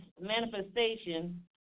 manifestation